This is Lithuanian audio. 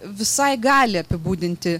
visai gali apibūdinti